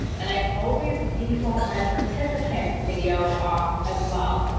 and i always default my participant video off as well.